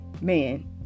Man